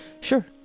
Sure